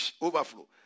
overflow